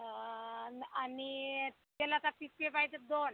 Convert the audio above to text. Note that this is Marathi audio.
आणि आणि तेलाच्या पिशव्या पाहिजेत दोन